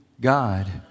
God